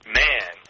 man